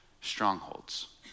strongholds